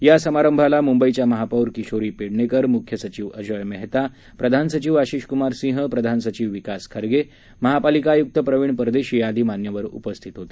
या समारंभाला मुंबईच्या महापौर किशोरी पेडणेकर मुख्य सचिव अजोय मेहता प्रधान सचिव आशिष कुमार सिंह प्रधान सचिव विकास खारगे महापालिका आयुक्त प्रवीण परदेशी आदी मान्यवर उपस्थित होते